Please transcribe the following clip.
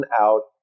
out